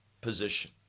position